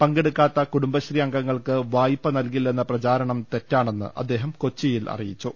പങ്കെടുക്കാത്ത Kudumbashree അംഗങ്ങൾക്ക് വായ്പ നൽകില്ലെന്ന പ്രചരണം തെറ്റാണെന്ന് അദ്ദേഹം കൊച്ചിയിൽ അറിയിച്ചു